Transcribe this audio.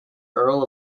earl